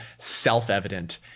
self-evident